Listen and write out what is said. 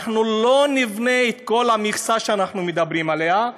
אנחנו לא נבנה את כל המכסה שאנחנו מדברים עליה,